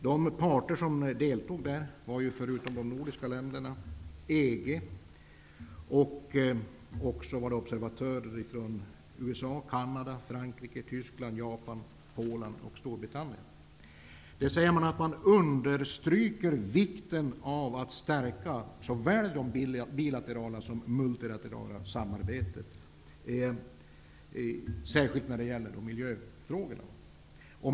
De parter som deltog var förutom de nordiska länderna EG samt observatörer från USA, Canada, Frankrike, Tyskland, Japan, Polen och Storbritannien. Man understryker vikten av att stärka såväl det bilaterala som det multilaterala samarbetet, särskilt i miljöfrågor.